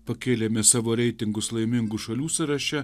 pakėlėme savo reitingus laimingų šalių sąraše